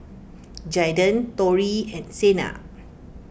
Jaiden Torrie and Sena